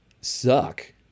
suck